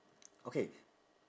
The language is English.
okay